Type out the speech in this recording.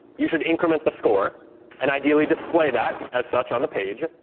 you should increment the score and ideally display that as such on the page.